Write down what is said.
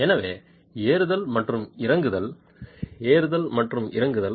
எனவே ஏற்றுதல் மற்றும் இறக்குதல் ஏற்றுதல் மற்றும் இறக்குதல்